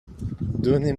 donnez